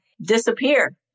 disappear